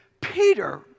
Peter